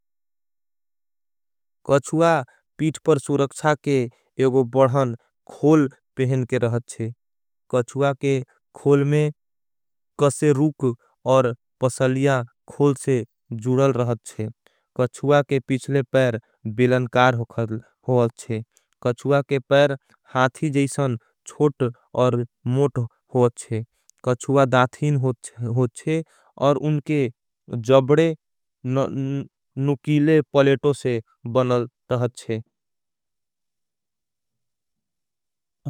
कच्वा पीठ पर सुरक्षा के एगो बढ़न खोल पेहन के रहचे। कच्वा के खोल में कसे रूक और पसलिया खोल से जुडल। रहचे कच्वा के पिछले पैर बिलनकार हो अच्छे कच्वा के। पैर हाथी जैसन छोट और मोट हो अच्छे कच्वा दाथिन। होच्छे और उनके जब्डे नुकीले पलेटो से बनल रहचे।